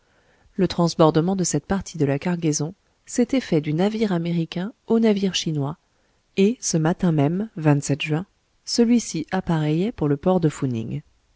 le transbordement de cette partie de la cargaison s'était fait du navire américain au navire chinois et ce matin même juin celui-ci appareillait pour le port de fou ning